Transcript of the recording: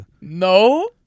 No